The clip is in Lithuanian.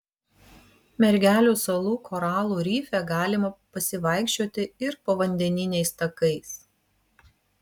mergelių salų koralų rife galima pasivaikščioti ir povandeniniais takais